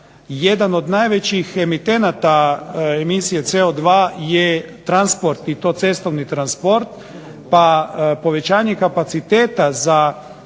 Jedan od najvećih emitenata emisije CO2 je transport i to cestovni transport pa povećanje kapaciteta za